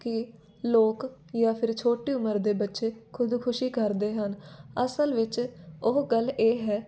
ਕਿ ਲੋਕ ਜਾਂ ਫਿਰ ਛੋਟੀ ਉਮਰ ਦੇ ਬੱਚੇ ਖੁਦਕੁਸ਼ੀ ਕਰਦੇ ਹਨ ਅਸਲ ਵਿੱਚ ਉਹ ਗੱਲ ਇਹ ਹੈ